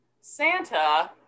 Santa